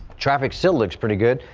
traffic still looks pretty good.